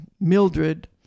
Mildred